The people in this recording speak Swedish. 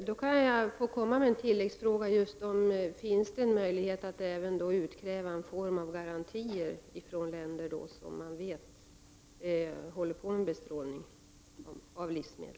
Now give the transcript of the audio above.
Herr talman! Finns det en möjlighet att utkräva någon form av garantier från länder som man vet håller på med bestrålning av livsmedel?